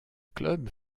club